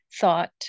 thought